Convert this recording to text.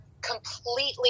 completely